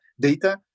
data